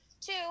two